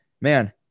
Man